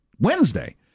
Wednesday